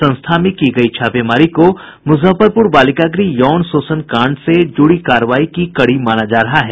संस्था में की गयी छापेमारी को मुजफ्फरपुर बालिका गृह यौन शोषण कांड से जुड़ी कार्रवाई की कड़ी माना जा रहा है